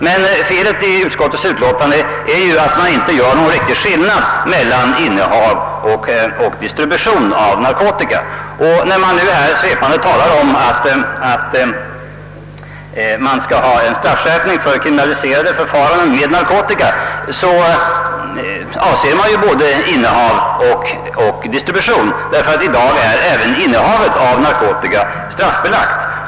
Men felet i utskottets utlåtande är att man inte gör någon riktig skillnad mellan innehav och distribution av narkotika. När man nu här svepande talar för en straffskärpning av kriminaliserade förfaranden med narkotika avser man ju både innehav och distribution. I dag är nämligen även innehavet av narkotika straffbelagt.